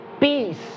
peace